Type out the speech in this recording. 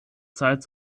zeit